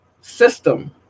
system